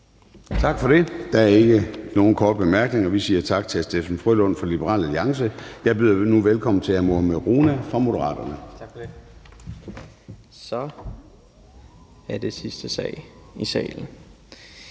Tak for det. Der er ikke nogen korte bemærkninger. Vi siger tak til hr. Steffen W. Frølund fra Liberal Alliance. Jeg byder nu velkommen til hr. Mohammad Rona fra Moderaterne. Kl. 00:10 (Ordfører)